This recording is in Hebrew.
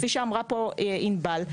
כפי שאמרה פה ענבל,